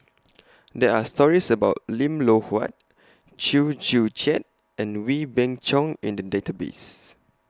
There Are stories about Lim Loh Huat Chew Joo Chiat and Wee Beng Chong in The Database